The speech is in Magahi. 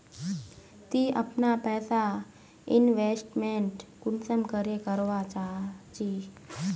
ती अपना पैसा इन्वेस्टमेंट कुंसम करे करवा चाँ चची?